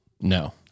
no